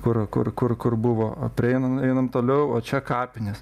kur kur kur kur buvo prieinam einam toliau o čia kapinės